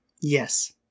Yes